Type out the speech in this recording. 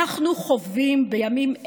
אנחנו חווים בימים אלו,